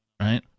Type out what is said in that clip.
Right